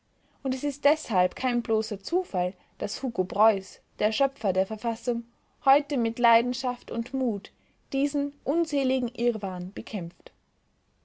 und es ist deshalb kein bloßer zufall daß hugo preuß der schöpfer der verfassung heute mit leidenschaft und mut diesen unseligen irrwahn bekämpft